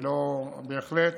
בהחלט